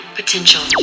potential